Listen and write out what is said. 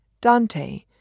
Dante